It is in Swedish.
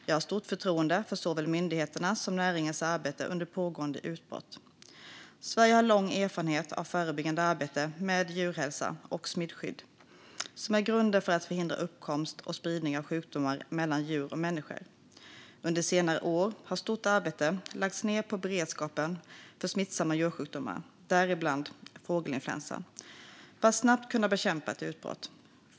Jag har stort förtroende för såväl myndigheternas som näringens arbete under pågående utbrott. Sverige har lång erfarenhet av förebyggande arbete med djurhälsa och smittskydd, som är grunden för att förhindra uppkomst och spridning av sjukdomar mellan djur och människor. Under senare år har ett stort arbete lagts ned på beredskapen för smittsamma djursjukdomar, däribland fågelinfluensa, för att snabbt kunna bekämpa ett utbrott.